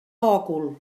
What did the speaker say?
òcul